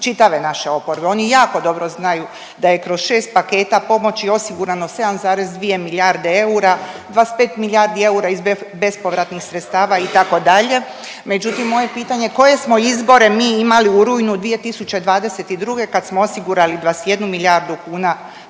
čitave naše oporbe. Oni jako dobro znaju da je kroz 6 paketa pomoći osigurano 7,2 milijarde eura, 25 milijardi eura iz bespovratnih sredstava itd., međutim moje pitanje je koje smo izbore mi imali u rujnu 2022. kad smo osigurali 21 milijardu kuna